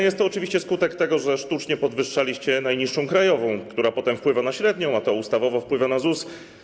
Jest to oczywiście skutek tego, że sztucznie podwyższaliście najniższą krajową, która potem wpływa na średnią, a to ustawowo wpływa na ZUS.